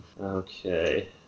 Okay